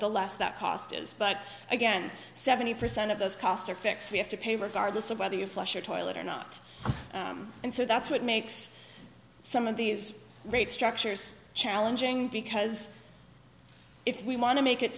the last that cost is but again seventy percent of those costs are fixed we have to pay regardless of whether you flush a toilet or not and so that's what makes some of these great structures challenging because if we want to make it